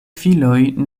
filoj